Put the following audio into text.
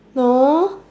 no